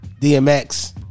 DMX